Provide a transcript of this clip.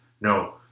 No